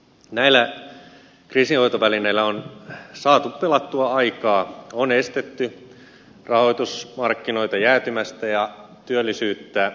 näillä kriisinhoitovälineillä on saatu pelattua aikaa on estetty rahoitusmarkkinoita jäätymästä ja työllisyyttä romahtamasta